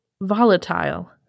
volatile